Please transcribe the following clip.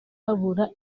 habura